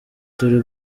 turi